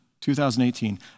2018